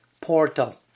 portal